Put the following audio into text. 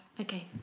Okay